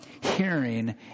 hearing